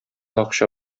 акча